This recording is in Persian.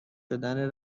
شدن